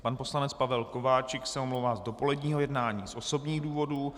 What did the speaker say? Pan poslanec Pavel Kováčik se omlouvá z dopoledního jednání z osobních důvodů.